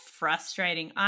frustrating